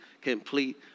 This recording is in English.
complete